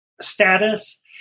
status